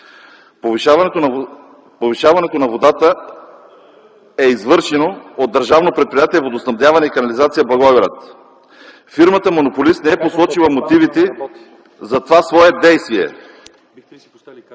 Повишаването на водата е извършено от Държавно предприятия „Водоснабдяване и канализация” – Благоевград. Фирмата монополист не е посочила мотивите за това свое действие,